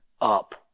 up